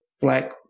Black